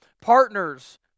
partners